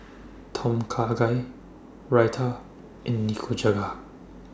Tom Kha Gai Raita and Nikujaga